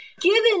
Given